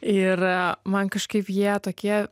ir man kažkaip jie tokie